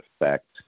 effect